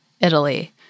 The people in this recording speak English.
Italy